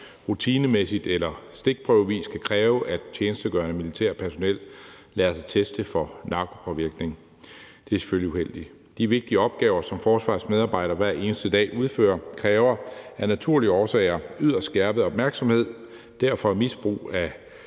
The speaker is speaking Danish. rutinemæssigt eller stikprøvevis kan kræve, at tjenestegørende militært personel lader sig teste for narkopåvirkning. Det er selvfølgelig uheldigt. De vigtige opgaver, som forsvarets medarbejdere hver eneste dag udfører, kræver af naturlige årsager yderst skærpet opmærksomhed. Derfor er misbrug af